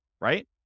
right